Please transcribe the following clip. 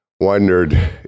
wondered